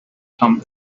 come